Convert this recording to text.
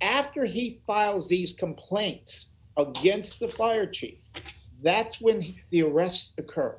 after he files these complaints against the fire chief that's when the arrest occurred